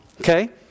Okay